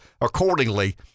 accordingly